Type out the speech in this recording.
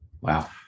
Wow